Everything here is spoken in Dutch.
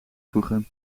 voegen